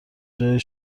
جای